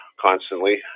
constantly